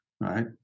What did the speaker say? right